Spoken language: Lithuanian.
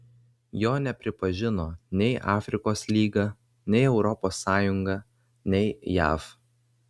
jo nepripažino nei afrikos lyga nei europos sąjunga nei jav